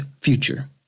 Future